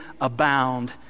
abound